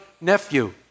nephew